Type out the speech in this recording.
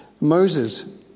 Moses